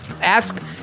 Ask